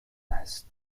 است